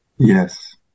Yes